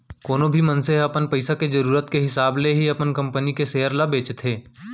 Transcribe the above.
कोनो भी मनसे ह अपन पइसा के जरूरत के हिसाब ले ही अपन कंपनी के सेयर ल बेचथे